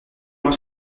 mois